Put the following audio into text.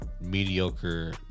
mediocre